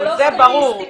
זה ברור.